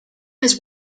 has